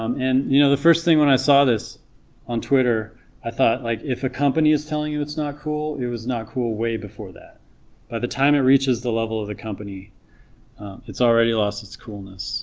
um and you know the first thing when i saw this on twitter i thought like if a company is telling you it's not cool it was not cool way before that by the time it reaches the level of the company it's already lost its coolness